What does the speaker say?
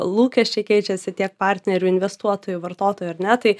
lūkesčiai keičiasi tiek partnerių investuotojų vartotojų ar ne tai